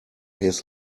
his